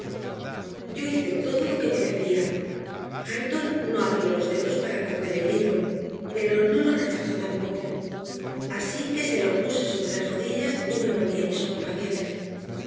yo hice todo lo que me decía hareton no abrió los dedos para coger el libro pero no lo rechazó tampoco así que se lo puse sobre las rodillas y me volví a mis ocupaciones